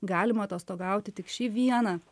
galima atostogauti tik šį vieną